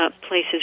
places